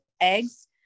eggs